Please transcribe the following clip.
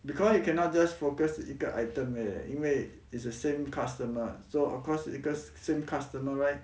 because you cannot just focus 一个 item leh 因为 it's the same customer so of course 一个 same customer right